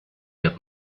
der